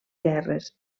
guerres